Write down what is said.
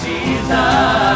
Jesus. (